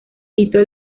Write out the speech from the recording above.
tito